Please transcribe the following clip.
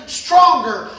stronger